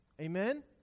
Amen